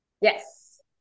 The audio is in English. Yes